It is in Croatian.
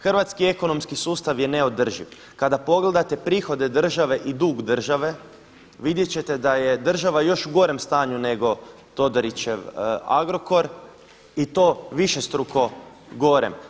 Hrvatski ekonomski sustav je neodrživ, kada pogledate prihode države i dug države vidjet ćete da je država još u gorem stanju nego Todorićev Agrokor i to višestruko gorem.